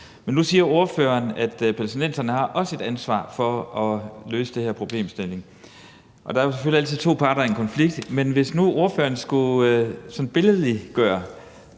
Men nu siger ordføreren, at palæstinenserne også har et ansvar for at løse den her problemstilling. Der er selvfølgelig altid to parter i en konflikt, men hvis nu ordføreren sådan skulle billedliggøre,